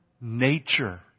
nature